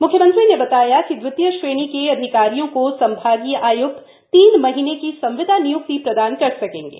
मुख्यमंत्री ने बताया कि दवितीय श्रेणी के अधिकारियों को संभागीय आयक्त तीन माह की संविदा निय्क्ति प्रदान कर सकेंगे